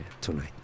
tonight